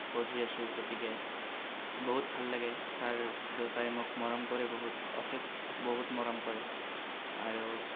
পঢ়ি আছো গতিকে বহুত ভাল লাগে ছাৰ দুয়োটাই মোক মৰম কৰে বহুত অশেষ বহুত মৰম কৰে আৰু